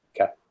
Okay